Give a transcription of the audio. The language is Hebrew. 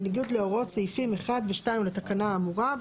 בניגוד להוראות סעיפים 1 ו-2 לתקנה האמורה.